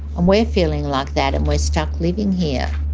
and we're feeling like that and we're stuck living here.